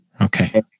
Okay